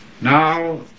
Now